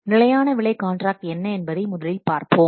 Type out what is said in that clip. நிலையான விலை காண்ட்ராக்ட் என்ன என்பதை முதலில் பார்ப்போம்